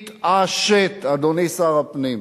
תתעשת, אדוני שר הפנים.